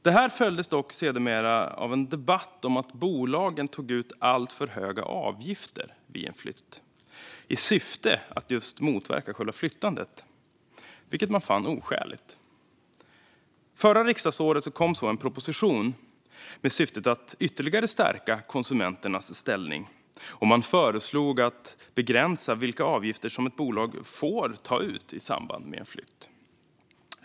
Detta följdes dock av en debatt om att bolagen tog ut alltför höga avgifter vid en flytt i syfte att motverka själva flyttandet, vilket man fann oskäligt. Förra riksdagsåret kom så en proposition med syftet att ytterligare stärka konsumenternas ställning. Man föreslog att begränsa vilka avgifter som ett bolag får ta ut i samband med en flytt.